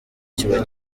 kiba